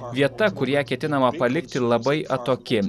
vieta kur ją ketinama palikti labai atoki